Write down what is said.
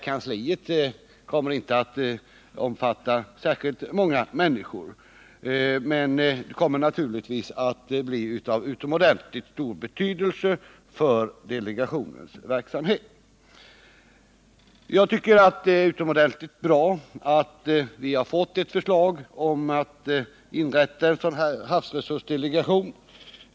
Kansliet kommer inte att omfatta särskilt många människor, men det kommer naturligtvis att bli av utomordentligt stor betydelse för delegationens verksamhet. Det är utomordentligt bra att vi har fått ett förslag om att inrätta en havsresursdelegation.